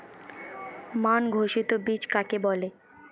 মান ঘোষিত বীজ কাকে বলে?